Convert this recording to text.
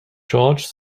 george’s